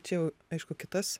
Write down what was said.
čia jau aišku kitas